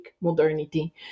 modernity